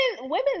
Women